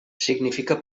significa